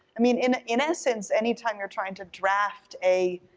i mean, in in essence anytime you're trying to draft a